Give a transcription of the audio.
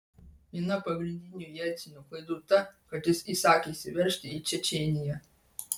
viena pagrindinių jelcino klaidų ta kad jis įsakė įsiveržti į čečėniją